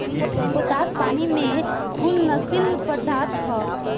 potash पानी में घुलनशील पदार्थ ह